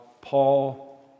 Paul